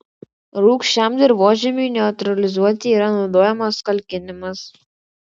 rūgščiam dirvožemiui neutralizuoti yra naudojamos kalkinimas